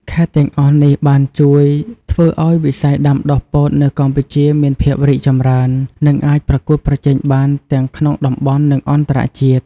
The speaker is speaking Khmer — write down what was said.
ខេត្តទាំងអស់នេះបានជួយធ្វើឱ្យវិស័យដាំដុះពោតនៅកម្ពុជាមានភាពរីកចម្រើន និងអាចប្រកួតប្រជែងបានទាំងក្នុងតំបន់ និងអន្តរជាតិ។